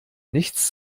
nichts